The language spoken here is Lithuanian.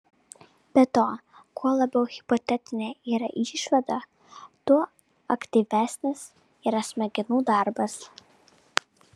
be to kuo labiau hipotetinė yra išvada tuo aktyvesnis yra smegenų darbas